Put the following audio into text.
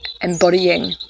embodying